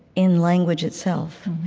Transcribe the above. in language itself.